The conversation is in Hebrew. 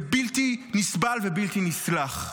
זה בלתי נסבל ובלתי נסלח.